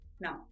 Now